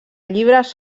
llibres